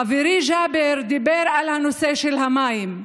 חברי ג'אבר דיבר על הנושא של המים,